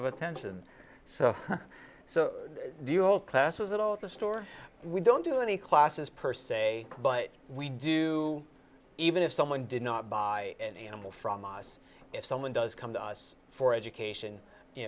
of attention so so do you hold classes at all the store we don't do any classes per se but we do even if someone did not buy an animal from os if someone does come to us for education you